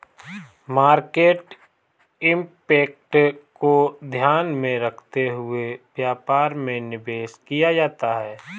market impact को ध्यान में रखते हुए व्यापार में निवेश किया जाता है